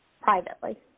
privately